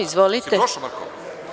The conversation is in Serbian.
Izvolite.